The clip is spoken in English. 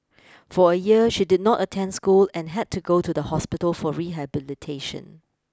for a year she did not attend school and had to go to the hospital for rehabilitation